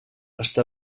està